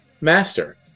Master